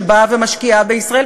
שבאה ומשקיעה בישראל,